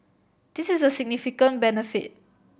this is a significant benefit